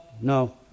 no